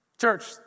Church